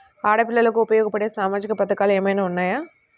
ఆడపిల్లలకు ఉపయోగపడే సామాజిక పథకాలు ఏమైనా ఉన్నాయా?